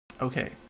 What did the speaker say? Okay